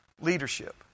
leadership